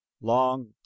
long